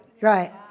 right